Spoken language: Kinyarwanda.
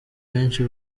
benshi